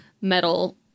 metal